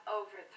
over